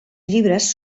llibres